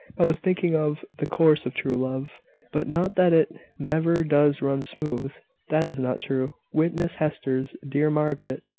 i was thinking of the course of true love but not that it never does run smooth that is not true. witness hester's. dear margaret,